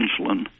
insulin